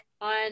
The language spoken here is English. on